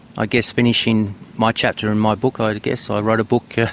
ah guess finishing my chapter in my book, i guess, i wrote a book